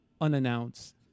unannounced